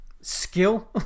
skill